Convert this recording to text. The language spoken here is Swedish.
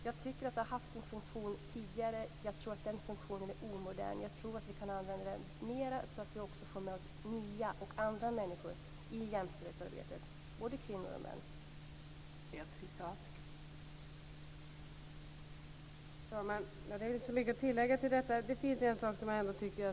Jag utgår från att det var någonting sådant som gjorde det.